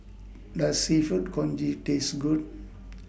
Does Seafood Congee Taste Good